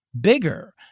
bigger